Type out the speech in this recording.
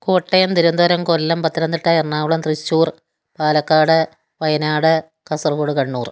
Kottayam Thiruvananthapuram Kollam Pathanamthitta Ernakulam Thrissur Palakkad Wayanad Kasaragod Kannur